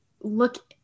look